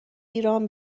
ایران